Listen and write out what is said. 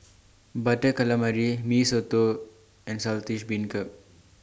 Butter Calamari Mee Soto and Saltish Beancurd